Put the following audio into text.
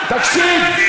תקשיב,